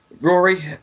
Rory